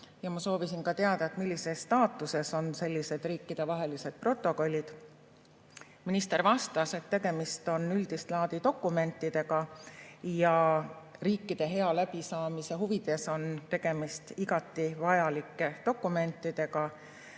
ja ma soovisin teada, millises staatuses on sellised riikidevahelised protokollid. Minister vastas, et tegemist on üldist laadi dokumentidega ja riikide hea läbisaamise huvides on tegemist igati vajalike dokumentidega.